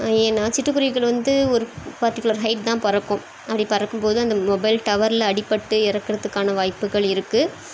ஏன்னால் சிட்டுக்குருவிகள் வந்து ஒரு பர்ட்டிகுலர் ஹைட் தான் பறக்கும் அப்படி பறக்கும் போது அந்த மொபைல் டவரில் அடிப்பட்டு இறக்குறதுக்கான வாய்ப்புகள் இருக்குது